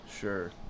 sure